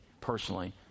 personally